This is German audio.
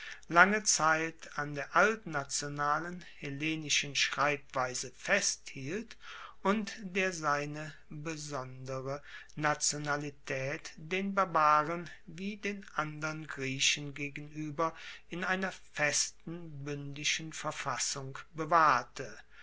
lange zeit an der altnationalen hellenischen schreibweise festhielt und der seine besondere nationalitaet den barbaren wie den andern griechen gegenueber in einer festen buendischen verfassung bewahrte